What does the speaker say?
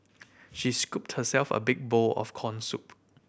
she scooped herself a big bowl of corn soup